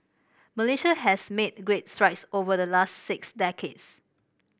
Malaysia has made great strides over the last six decades